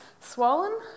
swollen